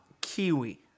Kiwi